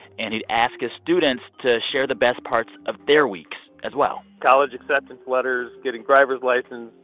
and he'd ask his students to share the best parts of their weeks as well college acceptance letters, getting driver's license,